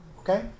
Okay